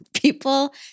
People